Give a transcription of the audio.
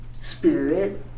spirit